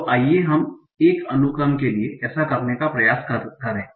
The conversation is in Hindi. तो आइए हम एक क्रम के लिए ऐसा करने का प्रयास करें